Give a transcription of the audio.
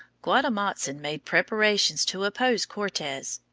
guatemotzin made preparations to oppose cortes,